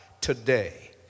today